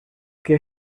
que